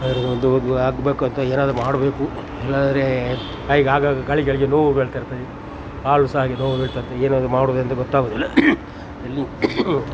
ಅವರು ಒಂದು ಆಗಬೇಕು ಅಂತ ಏನಾದರು ಮಾಡಬೇಕು ಇಲ್ಲಾದರೆ ಆಗಾಗ ಕಾಲುಗಳಿಗೆ ನೋವು ಬೀಳ್ತಾ ಇರ್ತದೆ ಕಾಲು ಸಾ ಹಾಗೆ ನೋವು ಬೀಳ್ತಾ ಇರ್ತದೆ ಏನಾದರು ಮಾಡುದೆಂತ ಗೊತ್ತಾಗುದಿಲ್ಲ ಎಲ್ಲು